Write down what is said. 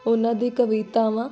ਉਹਨਾਂ ਦੀ ਕਵਿਤਾਵਾਂ